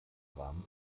rahmen